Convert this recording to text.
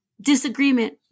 disagreement